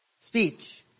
Speech